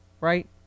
right